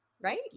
right